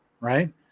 right